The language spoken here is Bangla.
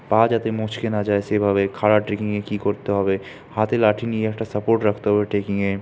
পা যাতে মচকে না যায় সেভাবে খাড়া ট্রেকিংয়ে কী করতে হবে হাতে লাঠি নিয়ে একটা সাপোর্ট রাখতে হবে ট্রেকিংয়ে